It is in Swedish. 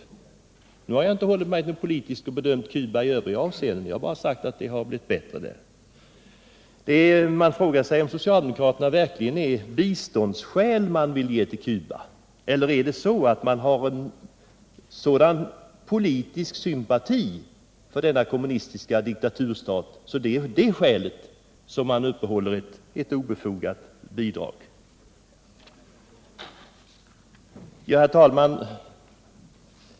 Jag har alltså inte bedömt biståndet till Cuba med hänsyn till den politik som förs i landet, utan jag har bara sagt att de ekonomiska förhållandena har blivit bättre. Man frågor sig verkligen om det är av biståndsskäl som socialdemokraterna vill ge bistånd till Cuba. Eller är det så att man hyser en sådan politisk sympati för denna kommunistiska diktaturstat att det är av det skälet som man vill uppehålla ett obefogat bidrag? Herr talman!